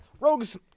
Rogues